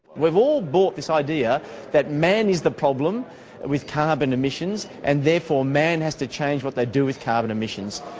we've all bought this idea that man is the problem and with carbon emissions, and therefore man has to change what we do with carbon emissions.